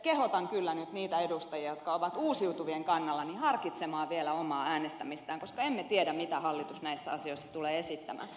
kehotan kyllä nyt niitä edustajia jotka ovat uusiutuvien kannalla harkitsemaan vielä omaa äänestämistään koska emme tiedä mitä hallitus näissä asioissa tulee esittämään